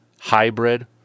hybrid